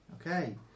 Okay